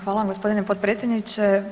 Hvala vam gospodine potpredsjedniče.